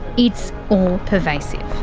it's all pervasive.